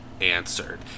answered